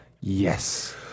Yes